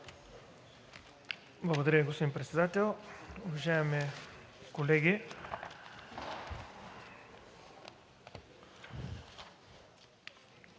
Благодаря, господин Председател. Уважаеми колеги,